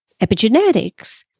epigenetics